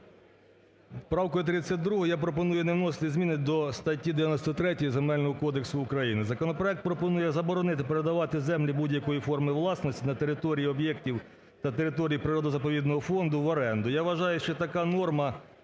Правкою 32 я пропоную не вносити зміни до статті 93 Земельного кодексу України. Законопроект пропонує заборонити передавати землі будь-якої форми власності на території об'єктів та територій природно-заповідного фонду в оренду. Я вважаю, що така норма